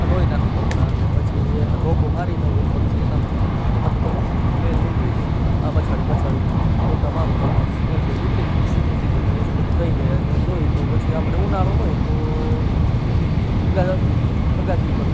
આ ધોઈ નાખું કપડા અને પછી ધોકો મારી લઉં એટલે પછી એનામાં એમાંથી બધો મેલ નીકળી જાય આ પછાડી પછાડીન ધોકા મારુ તો એમાંથી પછી મેલબેલ નીકળી અને પછી બધું થઈ જાય અને જોઈ તો પછી આપણે ઉનાળો હોય તો અગાસી ઉપર